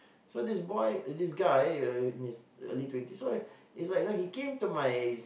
so this boy this guy uh in his early twenties so is like you know he came to my